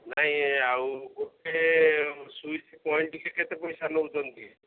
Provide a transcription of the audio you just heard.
ନାହିଁ ଆଉ ଗୋଟେ ସୁଇଚ୍ ପଏଣ୍ଟକୁ କେତେ ପଇସା ନଉଛନ୍ତି